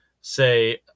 say